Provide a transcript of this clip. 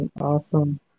awesome